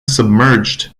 submerged